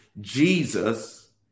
Jesus